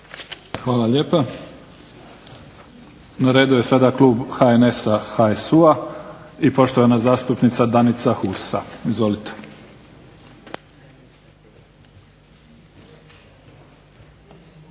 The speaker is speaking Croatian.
Hvala. Na redu je sada Klub HNS HSU i poštovana zastupnica Danica Hursa. **Hursa,